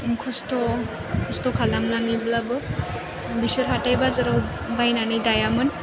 खस्थ' खस्थ'खालामनानैब्लाबो बिसोर हाथाइ बाजाराव बायनानै दायामोन